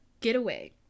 getaway